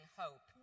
hope